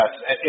Yes